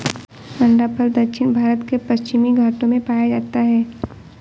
अंडाफल दक्षिण भारत के पश्चिमी घाटों में पाया जाता है